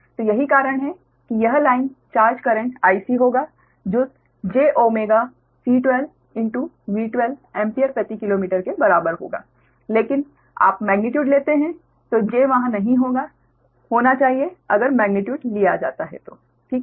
तो यही कारण है कि यह लाइन चार्ज करेंट IC होगा जो jC12V12 एम्पियर प्रति किलोमीटर के बराबर होगा लेकिन आप मेग्नीट्यूड लेते हैं तो j वहाँ नहीं होना चाहिए अगर मेग्नीट्यूड लिया जाता है ठीक है